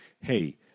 hey